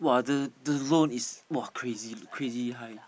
!wah! the the zone is !wah! crazy crazy high